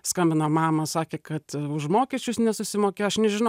skambino mama sakė kad už mokesčius nesusimokėjo aš nežinau